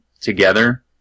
together